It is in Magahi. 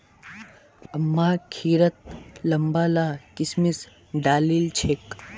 अम्मा खिरत लंबा ला किशमिश डालिल छेक